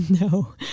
No